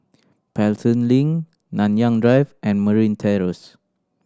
Pelton Link Nanyang Drive and Marine Terrace